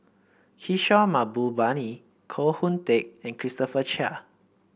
Kishore Mahbubani Koh Hoon Teck and Christopher Chia